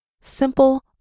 simple